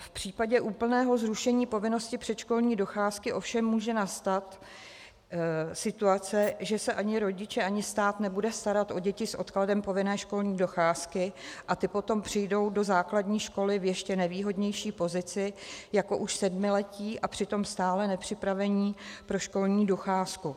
V případě úplného zrušení povinnosti předškolní docházky ovšem může nastat situace, že se ani rodiče, ani stát nebudou starat o děti s odkladem povinné školní docházky a ty potom přijdou do základní školy v ještě nevýhodnější pozici jako už sedmiletí a přitom stále nepřipravení pro školní docházku.